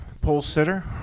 poll-sitter